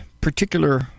particular